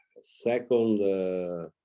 second